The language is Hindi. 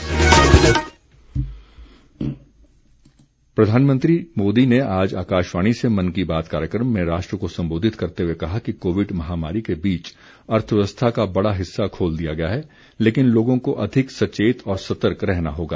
मन की बात प्रधानमंत्री नरेन्द्र मोदी ने आज आकाशवाणी से मन की बात कार्यक्रम में राष्ट्र को संबोधित करते हुए कहा कि कोविड महामारी के बीच अर्थव्यवस्था का बड़ा हिस्सा खोल दिया गया है लेकिन लोगों को अधिक सचेत और सतर्क रहना होगा